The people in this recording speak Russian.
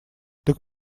так